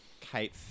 Kate